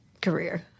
career